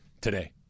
today